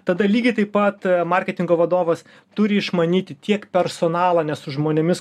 tada lygiai taip pat marketingo vadovas turi išmanyti tiek personalą nes su žmonėmis